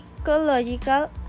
Ecological